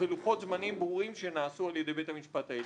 ולוחות זמנים ברורים שנעשו על ידי בית המשפט העליון.